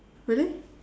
really